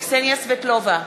קסניה סבטלובה,